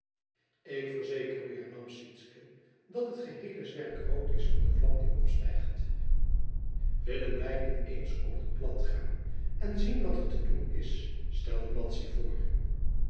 ik verzeker u hernam sytsken dat het geheele zwerk rood is van de vlam die opstijgt willen wij niet eens op het plat gaan en zien wat er te doen is stelde madzy voor